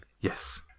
Yes